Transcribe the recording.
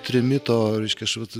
trimito reiškia aš vat